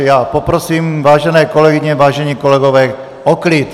Já poprosím, vážené kolegyně, vážení kolegové, o klid!